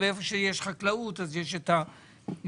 איפה שיש חקלאות יש את המציאות,